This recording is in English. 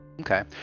Okay